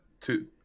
two